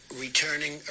returning